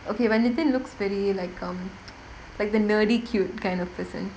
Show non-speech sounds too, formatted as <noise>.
okay but lipton looks very like um <laughs> like the nerdy cute kind of person